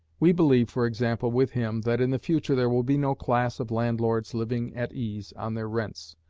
we believe, for example, with him, that in the future there will be no class of landlords living at ease on their rents,